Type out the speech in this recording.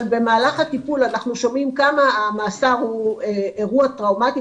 אבל במהלך הטיפול אנחנו שומעים כמה המאסר הוא אירוע טראומתי